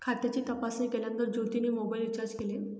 खात्याची तपासणी केल्यानंतर ज्योतीने मोबाइल रीचार्ज केले